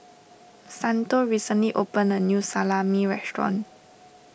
Santo recently opened a new Salami restaurant